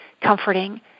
comforting